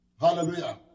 Hallelujah